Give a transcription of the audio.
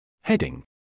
Heading